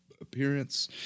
appearance